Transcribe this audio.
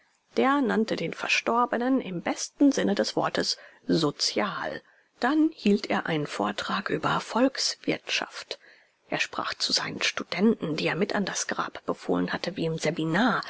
der nannte den verstorbenen im besten sinne des wortes sozial dann hielt er einen vortrag über volkswirtschaft er sprach zu seinen studenten die er mit an das grab befohlen hatte wie im seminar